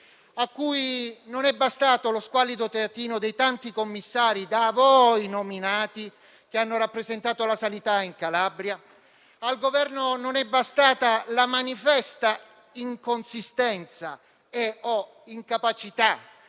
Non vi è bastato lo squallido teatrino dei tanti commissari da voi nominati, che hanno rappresentato la sanità in Calabria; al Governo non è bastata la manifesta inconsistenza e/o incapacità